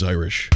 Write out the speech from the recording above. Irish